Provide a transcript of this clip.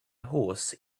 horse